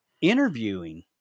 interviewing